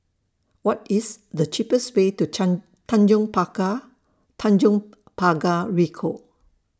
What IS The cheapest Way to Tanjong Pakar Tanjong Pagar Ricoh